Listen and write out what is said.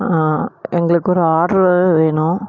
எங்களுக்கு ஒரு ஆட்ரு வேணும்